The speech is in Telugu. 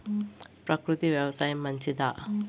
ప్రకృతి వ్యవసాయం మంచిదా?